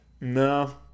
No